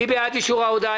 מי בעד אישור ההודעה?